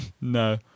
No